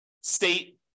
state